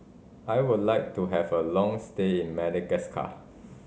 I would like to have a long stay in Madagascar